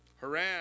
haran